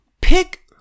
Pick